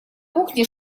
кухне